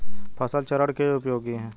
फसल चरण क्यों उपयोगी है?